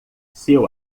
seu